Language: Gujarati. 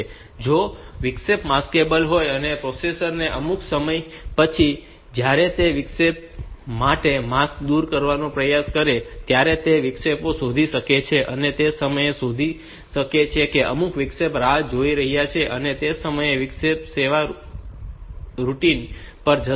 જો વિક્ષેપ માસ્કેબલ હોય તો પ્રોસેસર ને અમુક સમય પછી જ્યારે તે વિક્ષેપ માટે માસ્ક દૂર કરવાનો પ્રયાસ કરે છે ત્યારે તે વિક્ષેપો શોધી શકે છે અને તે સમયે તે શોધી શકે છે કે અમુક વિક્ષેપ રાહ જોઈ રહ્યા છે અને તે સમયે તે વિક્ષેપ સેવા રૂટિન પર જશે